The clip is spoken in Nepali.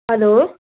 हेलो